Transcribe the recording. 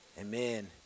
amen